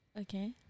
okay